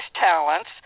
talents